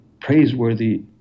praiseworthy